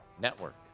Network